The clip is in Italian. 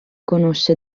conosce